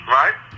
right